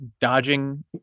dodging